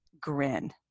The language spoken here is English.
grin